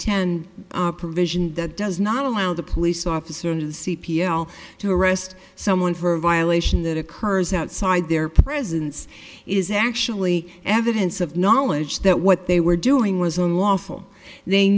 ten provision that does not allow the police officer and the c p l to arrest someone for a violation that occurs outside their presence is actually evidence of knowledge that what they were doing was unlawful they